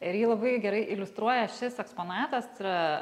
ir jį labai gerai iliustruoja šis eksponatas tai yra